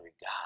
God